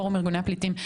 פורום ארגוני הפליטים,